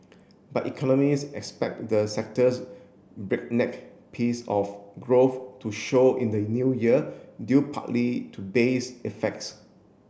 but economists expect the sector's breakneck pace of growth to show in the new year due partly to base effects